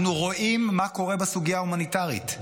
אנחנו רואים מה קורה בסוגיה ההומניטרית.